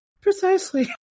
Precisely